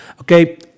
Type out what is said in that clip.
Okay